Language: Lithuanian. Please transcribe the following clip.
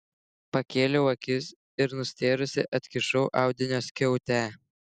pakėliau akis ir nustėrusi atkišau audinio skiautę